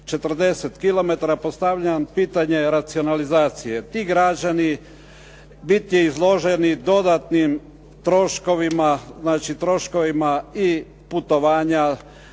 Postavljam vam pitanje racionalizacije. Ti građani će biti izloženi dodatnim troškovima, znači